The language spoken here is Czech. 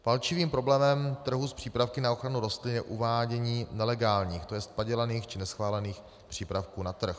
Palčivým problémem trhu s přípravky na ochranu rostlin je uvádění nelegálních, to jest padělaných či neschválených, přípravků na trh.